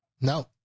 No